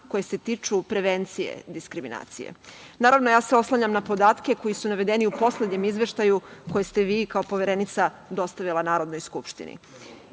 koje se tiču prevencije diskriminacije. Naravno, ja se oslanjam na podatke koji su navedeni u poslednjem izveštaju koji ste vi kao Poverenica dostavili Narodnoj skupštini. Kada